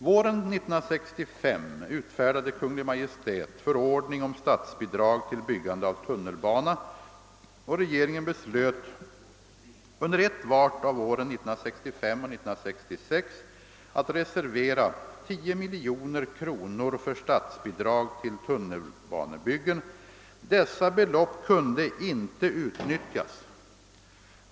Våren 1965 utfärdade Kungl. Maj:t förordning om statsbidrag till byggande av tunnelbana, och regeringen beslöt under ettvart av åren 1965 och 1966 att reservera 10 miljoner kronor för statsbidrag till tunnelbanebyggen. Dessa belopp kunde inte utnyttjas.